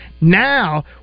Now